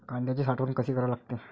कांद्याची साठवन कसी करा लागते?